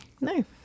no